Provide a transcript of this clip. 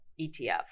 ETF